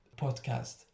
podcast